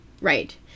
right